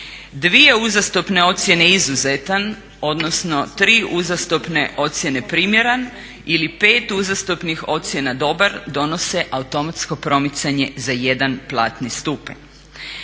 Dvije uzastopne ocjene izuzetan, odnosno tri uzastopne ocjene primjeren ili pet uzastopnih ocjena dobar donose automatsko promicanje za jedan platni stupanj.